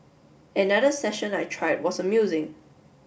another session I tried was amusing